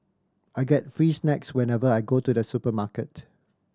I get free snacks whenever I go to the supermarket